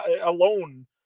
alone